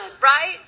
right